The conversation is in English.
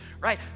right